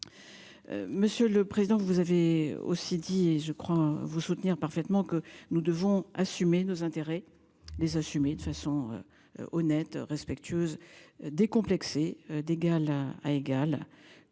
Monsieur le président vous avez aussi dit je crois vous soutenir parfaitement que nous devons assumer nos intérêts les assumer de façon. Honnête, respectueuse décomplexé d'égal à à égal